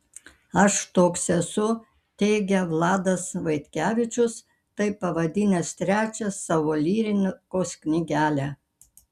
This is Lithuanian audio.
aš toks esu teigia vladas vaitkevičius taip pavadinęs trečią savo lyrikos knygelę